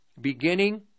beginning